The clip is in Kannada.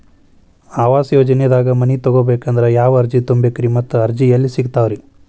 ಆವಾಸ ಯೋಜನೆದಾಗ ಮನಿ ತೊಗೋಬೇಕಂದ್ರ ಯಾವ ಅರ್ಜಿ ತುಂಬೇಕ್ರಿ ಮತ್ತ ಅರ್ಜಿ ಎಲ್ಲಿ ಸಿಗತಾವ್ರಿ?